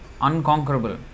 unconquerable